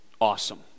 awesome